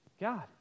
God